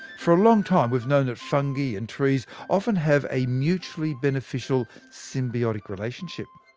for a long time, we've known that fungi and trees often have a mutually beneficial symbiotic relationship.